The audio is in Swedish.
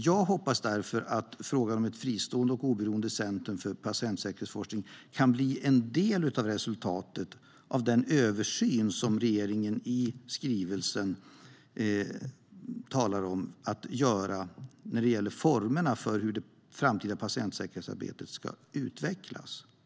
Jag hoppas därför att ett fristående och oberoende centrum för patientsäkerhetsforskning kan bli en del av resultatet av den översyn regeringen i skrivelsen talar om att göra när det gäller formerna för hur det framtida patientsäkerhetsarbetet ska utvecklas. Herr talman!